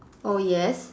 oh yes